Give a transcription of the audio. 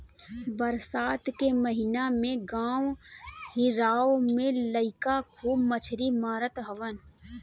बरसात के महिना में गांव गिरांव के लईका खूब मछरी मारत हवन